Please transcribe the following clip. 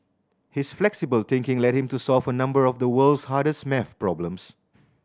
his flexible thinking led him to solve a number of the world's hardest maths problems